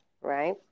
right